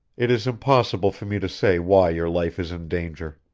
it is impossible for me to say why your life is in danger.